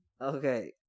Okay